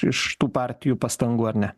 iš tų partijų pastangų ar ne